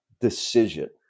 decision